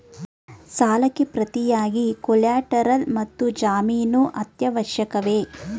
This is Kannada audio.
ಸಾಲಕ್ಕೆ ಪ್ರತಿಯಾಗಿ ಕೊಲ್ಯಾಟರಲ್ ಮತ್ತು ಜಾಮೀನು ಅತ್ಯವಶ್ಯಕವೇ?